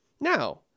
now